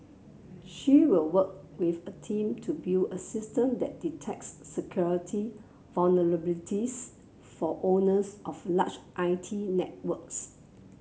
she will work with a team to build a system that detects security vulnerabilities for owners of large I T networks